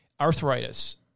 arthritis